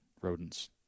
rodents